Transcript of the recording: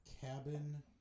Cabin